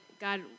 God